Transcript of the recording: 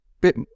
bit